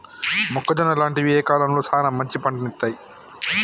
మొక్కజొన్న లాంటివి ఏ కాలంలో సానా మంచి పంటను ఇత్తయ్?